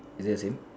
is it the same